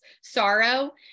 sorrow